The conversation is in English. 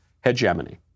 hegemony